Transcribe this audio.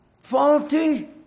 faulty